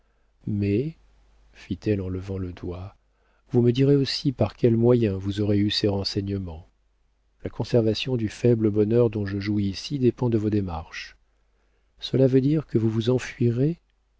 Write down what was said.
mais fit-elle en levant le doigt vous me direz aussi par quels moyens vous aurez eu ces renseignements la conservation du faible bonheur dont je jouis ici dépend de vos démarches cela veut dire que vous vous enfuirez